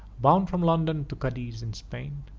bound from london to cadiz in spain.